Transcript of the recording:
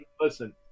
listen